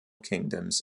kingdoms